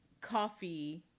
coffee